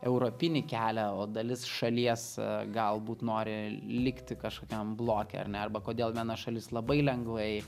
europinį kelią o dalis šalies galbūt nori likti kažkokiam bloke ar ne arba kodėl viena šalis labai lengvai